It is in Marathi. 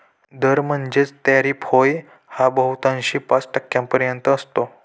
दर म्हणजेच टॅरिफ होय हा बहुतांशी पाच टक्क्यांपर्यंत असतो